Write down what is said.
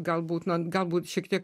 galbūt na galbūt šiek tiek